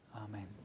Amen